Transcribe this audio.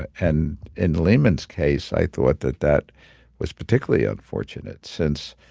and in lehman's case, i thought that that was particularly unfortunate since